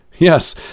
Yes